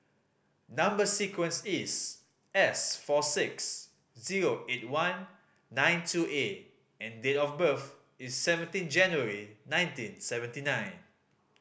number sequence is S four six zero eight one nine two A and date of birth is seventeen January nineteen seventy nine